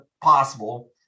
possible